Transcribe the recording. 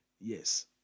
Yes